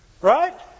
Right